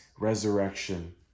resurrection